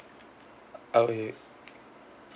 okay